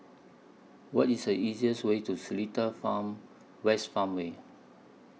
What IS The easier's Way to Seletar Farm West Farmway